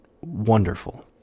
wonderful